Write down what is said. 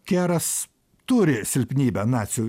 keras turi silpnybę nacių